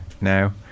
now